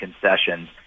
concessions